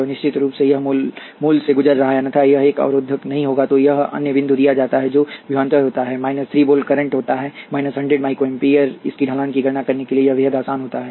और निश्चित रूप से यह मूल से गुजर रहा है अन्यथा यह एक अवरोधक नहीं होगा तो एक अन्य बिंदु दिया जाता है जब विभवांतर होता है 3 वोल्ट करंट होता है 100 माइक्रो एम्पीयर इसकी ढलान की गणना करने के लिए यह बेहद आसान है